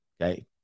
okay